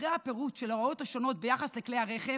אחרי הפירוט של ההוראות השונות ביחס לכלי הרכב,